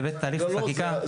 בהיבט תהליך החקיקה --- לא,